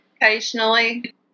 occasionally